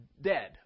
dead